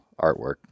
artwork